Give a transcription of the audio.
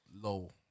Low